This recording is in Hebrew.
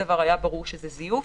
שגילינו שהיו זיופים.